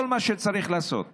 כל מה שצריך לעשות